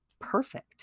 perfect